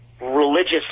religious